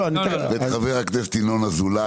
ואת חבר הכנסת ינון אזולאי.